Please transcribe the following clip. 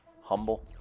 humble